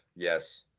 Yes